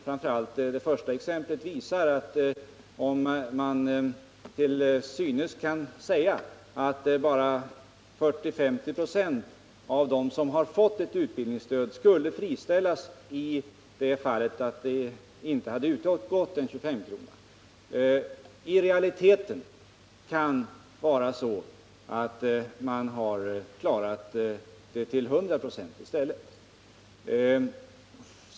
Framför allt det första exemplet visar att även om det till synes bara är 40-50 25 av dem som har fått ett utbildningsstöd som skulle ha friställts om det inte hade utgått någon 25 krona, kan det i realiteten vara så, att man i stället har klarat sig undan friställning till 100 96.